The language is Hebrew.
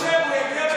הוא יגיע בקרוב,